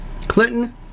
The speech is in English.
Clinton